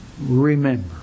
remember